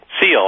Seal